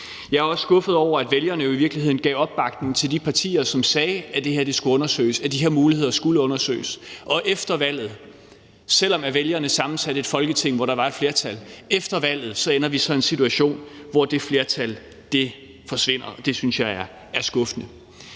Jeg er også skuffet, for vælgerne gav i virkeligheden opbakning til de partier, som sagde, at de her muligheder skulle undersøges. Og selv om vælgerne sammensatte et Folketing, hvor der var et flertal, ender vi så i en situation efter valget, hvor det flertal forsvinder, og det synes jeg er skuffende.